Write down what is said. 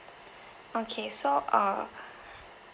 okay so err